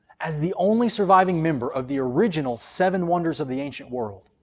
as the only surviving member of the original seven wonders of the ancient world,